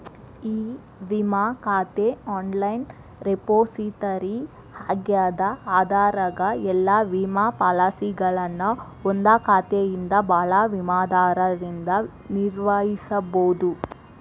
E ವಿಮಾ ಖಾತೆ online repository ಆಗ್ಯದ ಅದರಾಗ ಎಲ್ಲಾ ವಿಮಾ ಪಾಲಸಿಗಳನ್ನ ಒಂದಾ ಖಾತೆಯಿಂದ ಭಾಳ ವಿಮಾದಾರರಿಂದ ನಿರ್ವಹಿಸಬೋದು